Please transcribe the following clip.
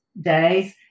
days